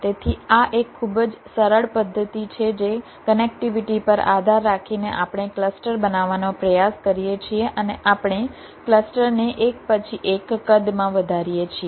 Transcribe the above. તેથી આ એક ખૂબ જ સરળ પદ્ધતિ છે જે કનેક્ટિવિટી પર આધાર રાખીને આપણે ક્લસ્ટર બનાવવાનો પ્રયાસ કરીએ છીએ અને આપણે ક્લસ્ટરને એક પછી એક કદમાં વધારીએ છીએ